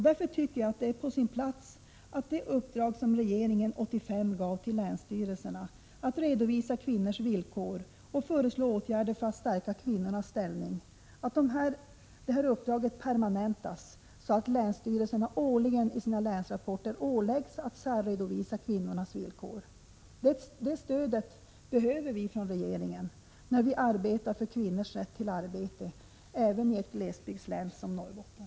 Därför tycker jag att det är på sin plats att det uppdrag regeringen 1985 gav länsstyrelserna, att redovisa kvinnors villkor och föreslå åtgärder för att stärka kvinnornas ställning, permanentas så att länsstyrelserna åläggs att årligen i sina länsrapporter särredovisa kvinnornas villkor. Detta stöd från regeringen behöver vi när vi arbetar för kvinnors rätt till arbete även i ett glesbygdslän som Norrbotten.